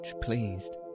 pleased